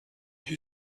who